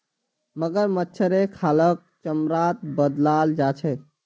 मगरमच्छेर खालक चमड़ात बदलाल जा छेक